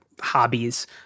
hobbies